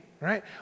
right